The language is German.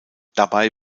dabei